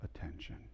attention